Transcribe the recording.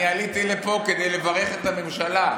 אני עליתי לפה כדי לברך את הממשלה,